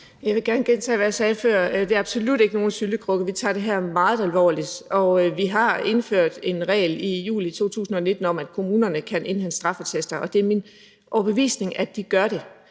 Jeg vil gerne gentage, hvad jeg sagde før: Det er absolut ikke nogen syltekrukke. Vi tager det her meget alvorligt, og vi har indført en regel i juli 2019 om, at kommunerne kan indhente straffeattester, og det er min overbevisning, at de gør det.